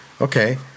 okay